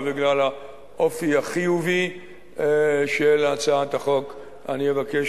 ובגלל האופי החיובי של הצעת החוק אני מבקש